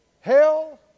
hell